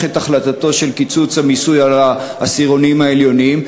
את החלטתו על העלאת המיסוי על העשירונים העליונים,